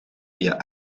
via